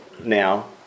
now